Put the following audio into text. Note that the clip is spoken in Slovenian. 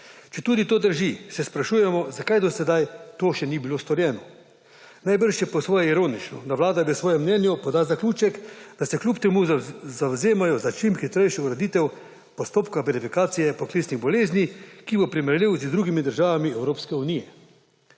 Četudi to drži, se sprašujemo, zakaj do sedaj to še ni bilo storjeno. Najbrž je po svoje ironično, da Vlada v svojem mnenju poda zaključek, da se kljub temu zavzemajo za čim hitrejšo ureditev postopka verifikacije poklicnih bolezni, ki bo primerljiv z drugimi državami Evropske unije.